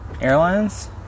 airlines